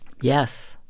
Yes